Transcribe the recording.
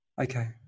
Okay